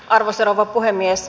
arvoisa rouva puhemies